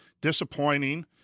Disappointing